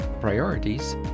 priorities